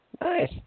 Nice